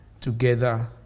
together